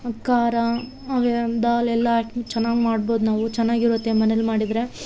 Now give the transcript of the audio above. ಖಾರ ಅವೆ ದಾಲ್ ಎಲ್ಲ ಹಾಕಿ ಚೆನ್ನಾಗ್ ಮಾಡ್ಬೋದು ನಾವು ಚೆನ್ನಾಗಿರುತ್ತೆ ಮನೇಲಿ ಮಾಡಿದ್ರೆ